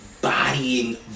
bodying